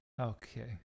okay